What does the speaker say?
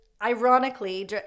ironically